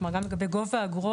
כלומר גם לגבי גובה האגרות,